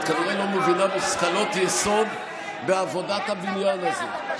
את כנראה לא מבינה מושכלות יסוד בעבודת הבניין הזה.